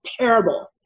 terrible